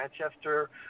Manchester